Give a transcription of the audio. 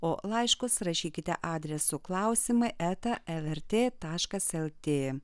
o laiškus rašykite adresu klausimai eta lrt taškas lt